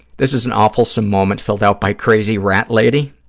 this is an awfulsome moment filled out by crazy rat lady.